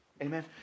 Amen